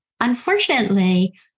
Unfortunately